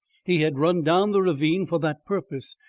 he had run down the ravine for that purpose,